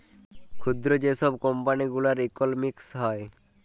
ক্ষুদ্র যে ছব কম্পালি গুলার ইকলমিক্স হ্যয়